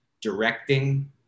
directing